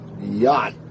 yacht